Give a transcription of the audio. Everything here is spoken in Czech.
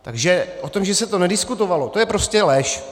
Takže to, že se to nediskutovalo, je prostě lež.